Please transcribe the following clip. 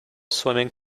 swimming